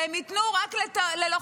שהם ייתנו רק ללוחמים.